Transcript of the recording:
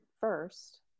first